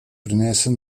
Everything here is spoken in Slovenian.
prinese